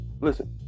listen